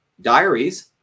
diaries